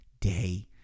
day